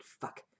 fuck